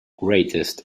greatest